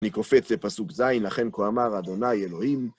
אני קופץ, לפסוק ז, לכן כה אמר אדוני אלוהים,